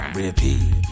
repeat